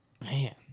Man